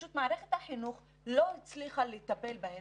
אלא מערכת החינוך לא הצליחה לטפל בהם,